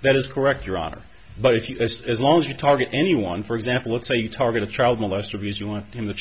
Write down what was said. that is correct your honor but if you as long as you target anyone for example let's say target a child molester because you want him to